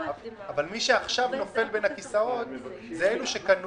--- אבל מי שעכשיו נופל בין הכיסאות הם אלו שקנו